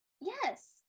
Yes